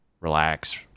relax